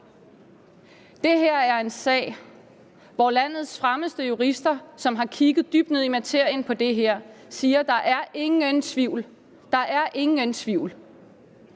Det her er en sag, hvor landets fremmeste jurister, som har kigget dybt ned i materien af det her, siger: Der er ingen tvivl. Regeringen lytter